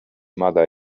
mother